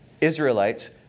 Israelites